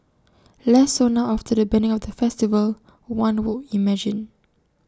less so now after the banning of the festival one would imagine